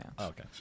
Okay